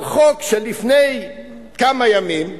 על החוק של לפני כמה ימים,